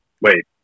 Wait